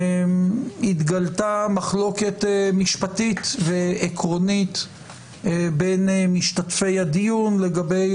התגלתה מחלוקת משפטית ועקרונית בין משתתפי הדיון לגבי